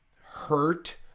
hurt